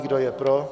Kdo je pro?